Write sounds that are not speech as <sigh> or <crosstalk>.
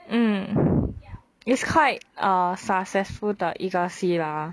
mm <breath> is quite successful 的一个戏啦